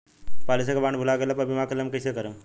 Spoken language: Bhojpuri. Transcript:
पॉलिसी के बॉन्ड भुला गैला पर बीमा क्लेम कईसे करम?